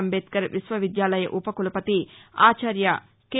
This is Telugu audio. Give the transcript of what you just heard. అంబేద్యర్ విశ్వవిద్యాలయ ఉపకులపతి ఆచార్య కె